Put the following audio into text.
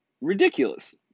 ridiculous